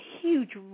huge